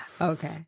Okay